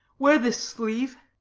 wear this sleeve.